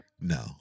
no